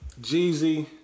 Jeezy